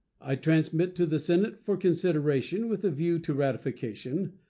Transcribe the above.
i transmit to the senate, for consideration with a view to ratification,